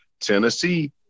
Tennessee –